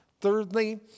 Thirdly